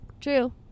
True